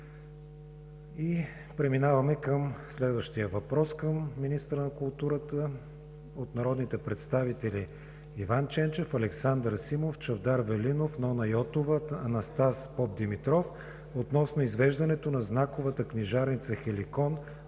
Преминаваме към следващия въпрос към министъра на културата от народните представители Иван Ченчев, Александър Симов, Чавдар Велинов, Нона Йотова, Анастас Попдимитров относно извеждането на знаковата книжарница „Хеликон“